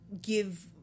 give